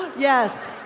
yes.